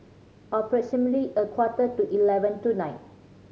approximately a quarter to eleven tonight